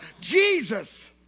Jesus